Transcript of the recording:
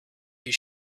his